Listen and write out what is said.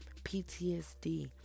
ptsd